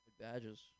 Badges